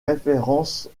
références